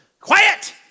Quiet